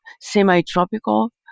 semi-tropical